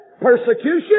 Persecution